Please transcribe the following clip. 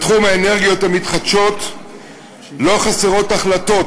בתחום האנרגיות המתחדשות לא חסרות החלטות